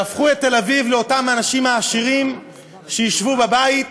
יהפכו את תל-אביב, אותם אנשים עשירים ישבו בבית,